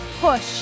push